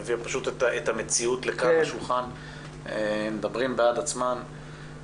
שהביאה את המציאות לכאן, לשולחן, מדברים בעד עצמם.